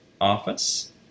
office